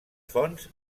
fonts